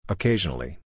Occasionally